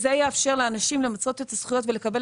זה יאפשר לאנשים למצות את הזכויות ולקבל